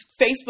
Facebook